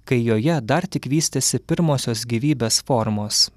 kai joje dar tik vystėsi pirmosios gyvybės formos